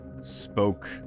spoke